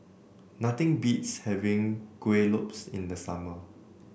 nothing beats having Kuih Lopes in the summer